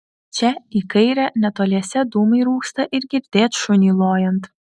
čia į kairę netoliese dūmai rūksta ir girdėt šunį lojant